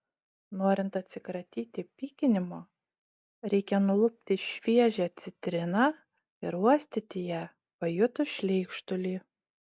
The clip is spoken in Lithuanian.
norint atsikratyti pykinimo reikia nulupti šviežią citriną ir uostyti ją pajutus šleikštulį